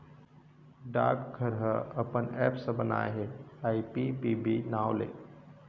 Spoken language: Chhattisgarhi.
डाकघर ह अपन ऐप्स बनाए हे आई.पी.पी.बी नांव ले